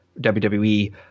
WWE